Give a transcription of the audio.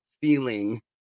feeling